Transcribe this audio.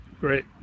Great